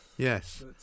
Yes